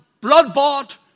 blood-bought